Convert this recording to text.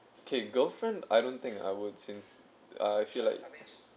okay girlfriend I don't think I would since uh I feel like